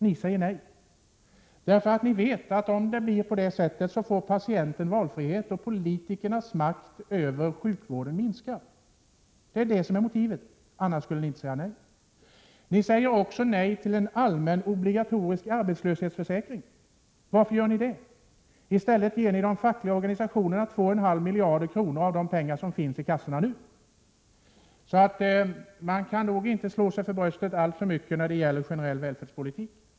Ni säger nej, därför att ni vet att patienten får ökad valfrihet och politikernas makt över sjukvården minskar om detta genomförs. Det är motivet, annars skulle ni inte säga nej. Ni säger också nej till en allmän obligatorisk arbetslöshetsförsäkring. Varför gör ni det? I stället ger ni de fackliga organisationerna 2,5 miljarder kronor av de pengar som nu finns i kassorna. Socialdemokraterna kan nog inte slå sig för bröstet alltför mycket när det gäller generell välfärdspolitik.